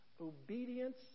Obedience